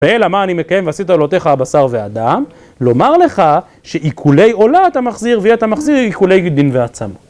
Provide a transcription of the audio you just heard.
ואלא מה אני מקיים ועשית עולותיך הבשר והדם? לומר לך שעיכולי עולה אתה מחזיר ואי אתה מחזיר עיכולי גידין ועצמות.